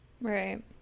right